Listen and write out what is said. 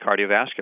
cardiovascular